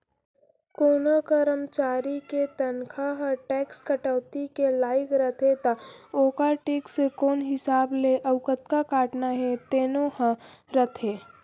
कोनों करमचारी के तनखा ह टेक्स कटौती के लाइक रथे त ओकर टेक्स कोन हिसाब ले अउ कतका काटना हे तेनो ह रथे